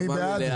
מי בעד?